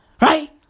Right